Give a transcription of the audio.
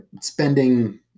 spending